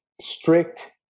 strict